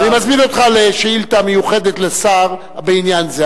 אני מזמין אותך לשאילתא מיוחדת לשר בעניין זה.